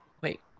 Wait